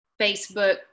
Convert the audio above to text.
Facebook